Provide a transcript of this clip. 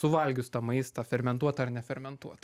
suvalgius tą maistą fermentuotą ar nefermentuotą